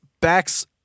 backs